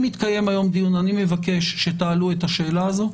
אם יתקיים היום דיון אני מבקש שתעלו את השאלה הזאת,